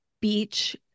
beach